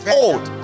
old